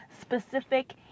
specific